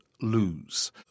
lose